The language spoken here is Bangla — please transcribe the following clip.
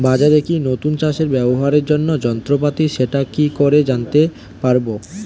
বাজারে কি নতুন চাষে ব্যবহারের জন্য যন্ত্রপাতি সেটা কি করে জানতে পারব?